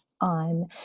on